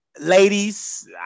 Ladies